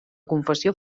confessió